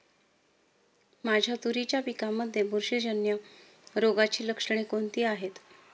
माझ्या तुरीच्या पिकामध्ये बुरशीजन्य रोगाची लक्षणे कोणती आहेत?